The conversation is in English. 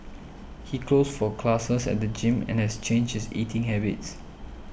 he goes for classes at the gym and has changed his eating habits